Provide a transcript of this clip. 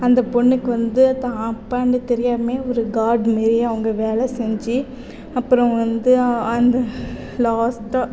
அந்த பொண்ணுக்கு வந்து தான் அப்பான்னு தெரியாமலயே கார்ட் மாரி அவங்க வேலை செஞ்சு அப்புறம் வந்து அந்த லாஸ்ட்டாக